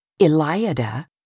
Eliada